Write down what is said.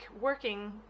working